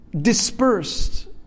dispersed